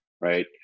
Right